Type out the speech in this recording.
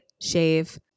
shave